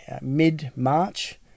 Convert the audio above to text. mid-march